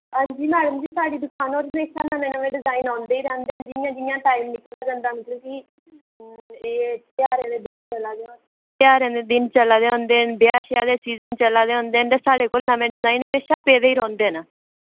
हां जी मैडम जी साढ़ी दुकान पर हमेशा नमें नमें डिजाइन औंदे ही रैंह्दे न जि'यां जि'यां टाइम निकलदा जंदा मतलब कि एह् त्याहरें दे दिन चला दे त्याहरें दे दिन चला दे होंदे न ब्याह् श्याह् दे सीजन चला दे होंदे न ते साढ़े कोल नमें डिजाइन म्हेशां पेदे ही रौंह्दे न